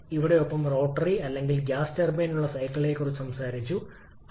മൊത്തം താപ ഇൻപുട്ട് ആവശ്യകത തീർച്ചയായും വളരെ വലുതാണ്